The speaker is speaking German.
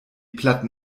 platten